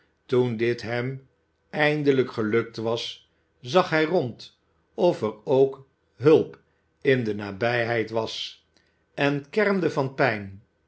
toen dit hem eindelijk gelukt was zag hij rond of er ook hulp in de nabijheid was en kermde van pijn